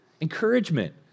Encouragement